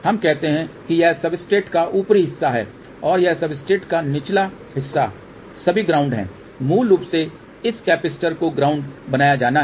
हम कहते हैं कि यह सब्सट्रेट का ऊपरी हिस्सा है और यह सब्सट्रेट का निचला हिस्सा सभी ग्राउंड है मूल रूप से इस कैपेसिटर को ग्राउंड बनाया जाना है